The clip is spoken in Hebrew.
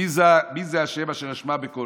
"מי ה' אשר אשמע בקלו".